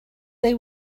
they